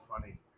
funny